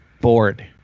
bored